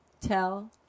Tell